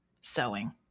Sewing